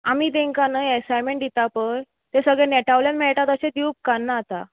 आमी तांकां न्हय अेसायमेंट दितां पळय तें सगळें नेटावयल्यान मेळटा पळय तशें दिवं उपकारना आतां